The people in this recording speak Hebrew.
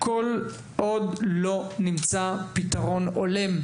עד שיימצא עבורו פתרון הולם,